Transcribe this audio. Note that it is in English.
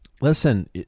listen